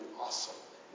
awesome